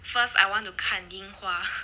first I want to 看樱花